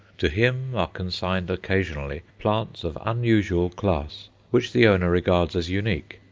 to him are consigned occasionally plants of unusual class, which the owner regards as unique,